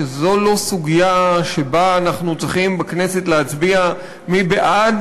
שזו לא סוגיה שבה אנחנו צריכים בכנסת להצביע מי בעד